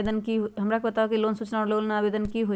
हमरा के बताव कि लोन सूचना और लोन आवेदन की होई?